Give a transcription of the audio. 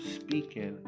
speaking